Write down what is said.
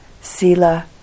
Sila